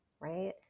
right